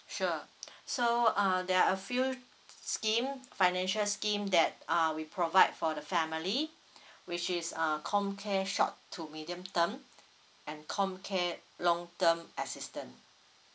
sure so uh there are a few scheme financial scheme that uh we provide for the family which is uh comcare short to medium term and comcare long term assistance